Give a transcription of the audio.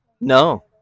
No